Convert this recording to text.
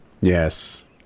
Yes